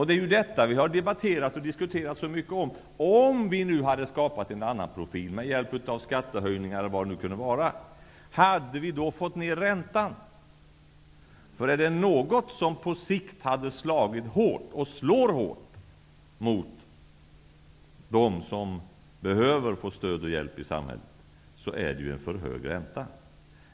En fråga som vi diskuterat mycket är: Om vi hade skapat en annan profil med hjälp skattehöjningar eller vad det nu kan vara, hade vi då fått ner räntan? Är det någonting som på sikt slår hårt mot dem som behöver vårt stöd och hjälp i samhället är det en för hög ränta.